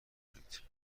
کنید